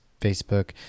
Facebook